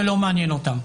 זה לא מעניין אותם,